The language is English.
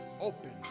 open